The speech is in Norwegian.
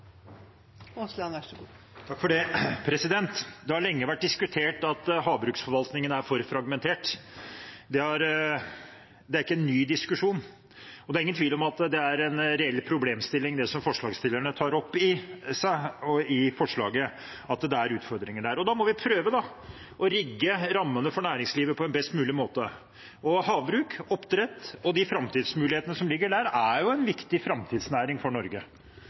for fragmentert – det er ikke en ny diskusjon. Og det er ingen tvil om at det forslagsstillerne tar opp i forslaget, er en reell problemstilling, og at det er utfordringer der. Da må vi prøve å rigge rammene for næringslivet på en best mulig måte. Havbruk, oppdrett og de framtidsmulighetene som ligger der, er en viktig framtidsnæring for Norge.